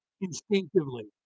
instinctively